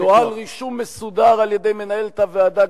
נוהל רישום מסודר על-ידי מנהלת הוועדה,